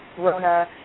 Rona